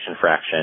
fraction